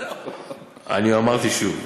אמרתי שוב: